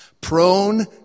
Prone